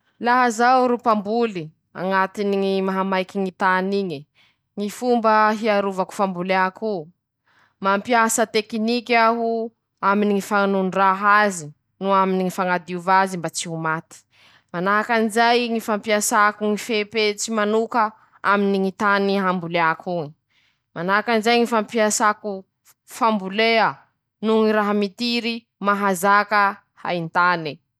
Manahaky anizao moa roahy tohiny rehadrehaky toy :-Mañino iha mbo mañontany ahy avao o,tsy fa eniñ'arivo va aho nivola aminaohoe:" aha ",laha tsy azonao soa, tokony hazava aminao, fa tsy misy raha miovañy raha volañiko ;ñy fehezan-teny voalohany iñy avao, mbo i avao ambarako eto zao, tsy misy dikany koa añy fañontania mañaraky eo.